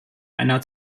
einer